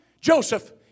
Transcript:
Joseph